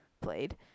played